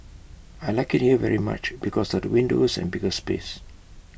I Like IT here very much because of the windows and bigger space